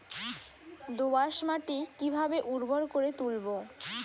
দোয়াস মাটি কিভাবে উর্বর করে তুলবো?